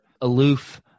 aloof